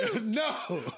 No